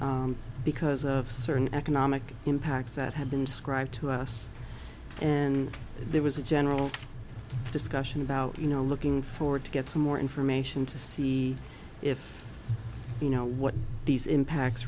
store because of certain economic impacts that have been described to us and there was a general discussion about you know looking forward to get some more information to see if you know what these impacts